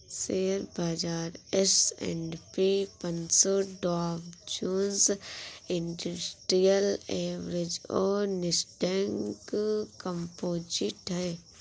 share बाजार S and P पनसो Dow Jones industrial average और नैस्डैक कंपोजिट है